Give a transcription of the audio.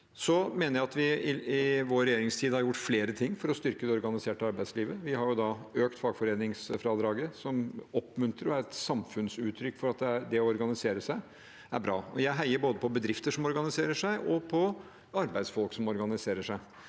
Så mener jeg at vi i vår regjeringstid har gjort flere ting for å styrke det organiserte arbeidslivet. Vi har økt fagforeningsfradraget, som oppmuntrer og er et samfunnsuttrykk for at det å organisere seg er bra. Jeg heier både på bedrifter som organiserer seg, og på arbeidsfolk som organiserer seg.